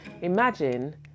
imagine